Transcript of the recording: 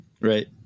Right